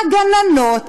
גננות,